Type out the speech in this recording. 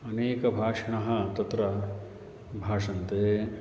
अनेक भाषिणः तत्र भाषन्ते